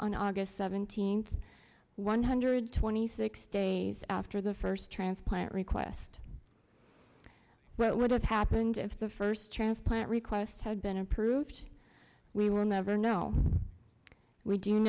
on august seventeenth one hundred twenty six days after the first transplant request what would have happened if the first transplant request had been approved we will never know we do